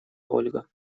ольга